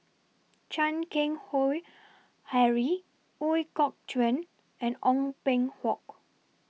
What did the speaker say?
Chan Keng Howe Harry Ooi Kok Chuen and Ong Peng Hock